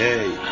Hey